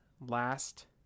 last